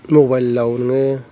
मबाइलाव नोङो